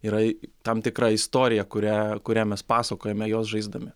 yra tam tikra istorija kurią kurią mes pasakojame juos žaisdami